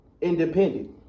independent